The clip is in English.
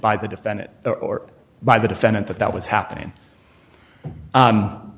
by the defendant or by the defendant that that was happening